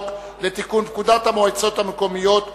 לתיקון פקודת המועצות המקומיות (מס'